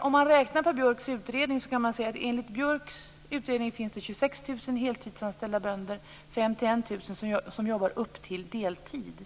Om man räknar på Björks utredning kan man se att det finns 26 000 heltidsanställda bönder och 51 000 som jobbar upp till deltid.